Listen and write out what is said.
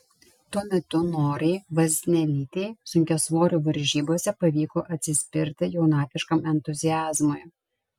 tuo metu norai vaznelytei sunkiasvorių varžybose pavyko atsispirti jaunatviškam entuziazmui